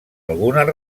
algunes